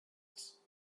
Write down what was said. ads